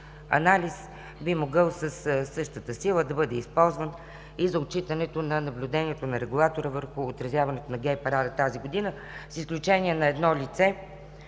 би могъл със същата сила да бъде използван и за отчитането на наблюдението на Регулатора върху отразяването на гей парада тази година. С изключение на едно лице,